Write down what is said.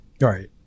Right